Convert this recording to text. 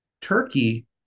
Turkey